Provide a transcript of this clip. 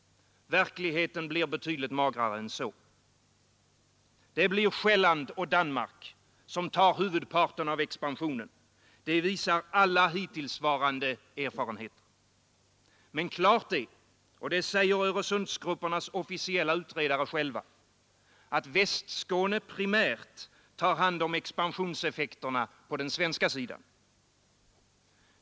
Verkligheten blir betydligt magrare än så. Det blir Själland och Danmark som tar huvudparten av expansionen; det visar alla hittillsvarande erfarenheter. Men klart är — och det säger Öresundsgruppernas officiella utredare själva — att Västskåne primärt tar hand om expansionseffekterna på den svenska sidan.